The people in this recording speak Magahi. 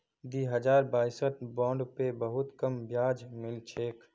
दी हजार बाईसत बॉन्ड पे बहुत कम ब्याज मिल छेक